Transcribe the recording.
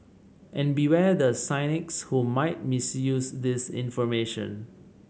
and beware the cynics who might misuse this information